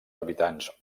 habitants